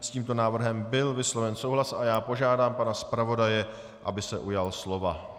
S tímto návrhem byl vysloven souhlas a já požádám pana zpravodaje, aby se ujal slova.